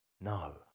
no